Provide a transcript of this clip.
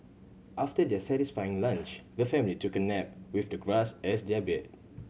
after their satisfying lunch the family took a nap with the grass as their bed